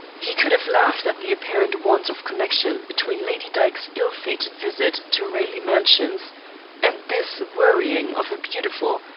he could have laughed at the apparent want of connection between lady dyke's ill-fated visit to raleigh mansions and this worrying of a beautiful,